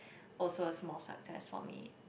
also a small success for me